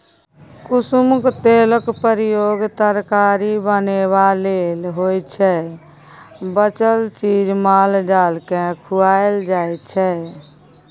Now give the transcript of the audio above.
कुसुमक तेलक प्रयोग तरकारी बनेबा लेल होइ छै बचल चीज माल जालकेँ खुआएल जाइ छै